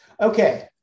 Okay